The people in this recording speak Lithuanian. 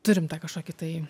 turim tą kažkokį tai